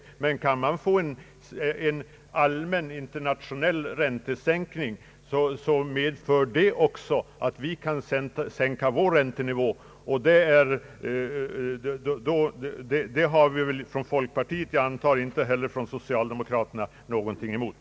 Om man kan åstadkomma en allmän internationell räntesänkning medför det att också vi i vårt land kan sänka räntenivån, och det har folkpartiet och, antar jag, inte heller socialdemokraterna någonting emot.